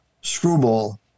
screwball